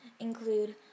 include